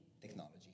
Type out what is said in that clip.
technology